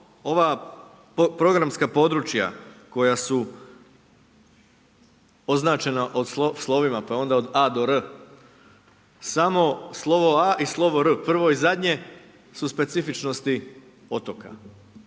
ova programska područja koja su označena slovima pa onda od a do r, samo slovo a i slovo r, prvo i zadnje su specifičnosti otoka.